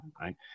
right